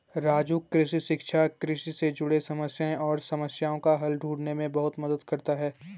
राजू कृषि शिक्षा कृषि से जुड़े समस्याएं और समस्याओं का हल ढूंढने में बहुत मदद करता है